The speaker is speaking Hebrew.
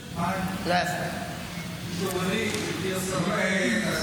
תתעוררי, גברתי השרה.